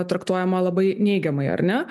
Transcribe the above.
traktuojama labai neigiamai ar ne